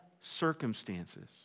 circumstances